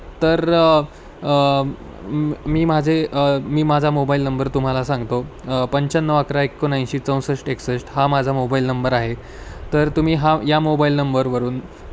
तर मी माझे मी माझा मोबाईल नंबर तुम्हाला सांगतो पंच्याण्णव अकरा एकोणऐंशी चौसष्ट एकसष्ट हा माझा मोबाईल नंबर आहे तर तुम्ही हा या मोबाईल नंबरवरून